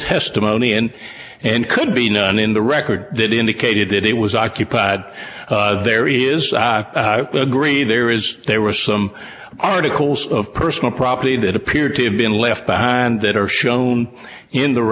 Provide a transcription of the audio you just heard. testimony and and could be none in the record that indicated that it was occupied there is a gray there is there were some articles of personal property that appeared to have been left behind that are shown in the